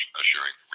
assuring